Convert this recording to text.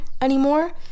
anymore